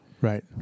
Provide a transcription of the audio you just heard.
Right